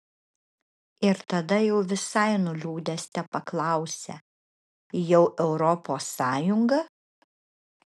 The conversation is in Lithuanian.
ir tada jau visai nuliūdęs tepaklausia jau europos sąjunga